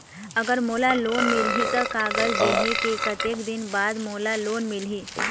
अगर मोला लोन मिलही त कागज देहे के कतेक दिन बाद मोला लोन मिलही?